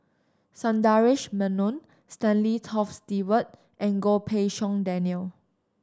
Sundaresh Menon Stanley Toft Stewart and Goh Pei Siong Daniel